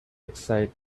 excited